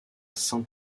saint